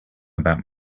about